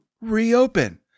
Reopen